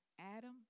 Adam